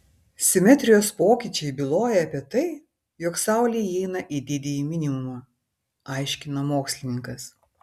simetrijos pokyčiai byloja apie tai jog saulė įeina į didįjį minimumą aiškina mokslininkas